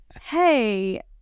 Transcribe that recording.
hey